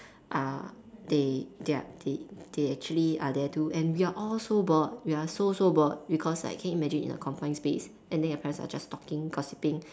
uh they they are they they actually are there too and we are all so bored we are so so bored because like can you imagine in a confined space and then your parents are just talking gossiping